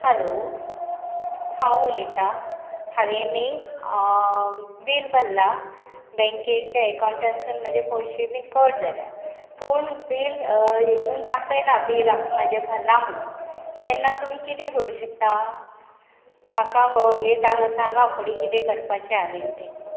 hello हांव उलयतां हांवें न्ही बील भल्ला बँकेच्या एकावंटांसून म्हजे पयशे बीन कट जाल्या पूण बील हेतून दाखयना बील आप म्हाज्या भल्ला म्हणून तेन्ना तुमी कितें करूं शकता म्हाका हे सांगा फुडें कितें करपाचें हांवें तें